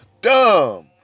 Dumb